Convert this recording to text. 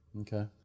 okay